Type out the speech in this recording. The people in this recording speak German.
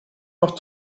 noch